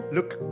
Look